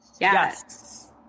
yes